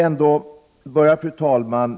Fru talman!